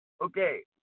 okay